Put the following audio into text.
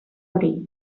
hori